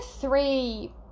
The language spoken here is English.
three